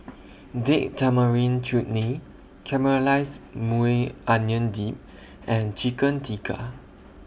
Date Tamarind Chutney Caramelized Maui Onion Dip and Chicken Tikka